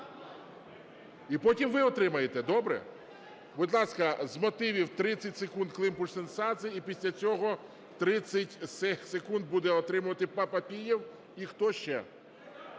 І потім ви отримаєте, добре? Будь ласка, з мотивів, 30 секунд – Климпуш-Цинцадзе і після цього 30 секунд буде отримувати Папієв. І хто ще?